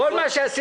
כל מה שעשינו,